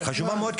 חשובה מאוד,